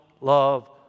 love